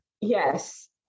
yes